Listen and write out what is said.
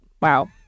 Wow